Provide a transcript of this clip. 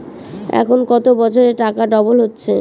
এখন কত বছরে টাকা ডবল হচ্ছে?